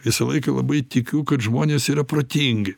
visą laiką labai tikiu kad žmonės yra protingi